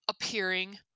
appearing